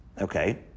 Okay